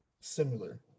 similar